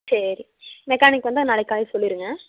சரி மெக்கானிக் வந்தால் நாளைக்கு காலையில் சொல்லிடுங்க